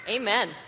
Amen